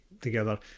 together